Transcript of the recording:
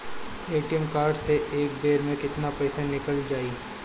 ATM card से एक बेर मे केतना पईसा निकल जाई?